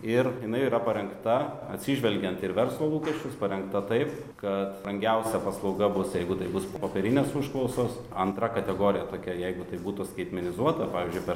ir jinai yra parengta atsižvelgiant ir į verslo lūkesčius parengta taip kad brangiausia paslauga bus jeigu tai bus popierinės užklausos antra kategorija tokia jeigu tai būtų skaitmenizuota pavyzdžiui per